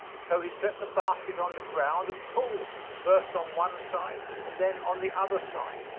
so he set the basket on the ground and pulled, first on one side and then on the other side.